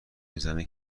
میزنه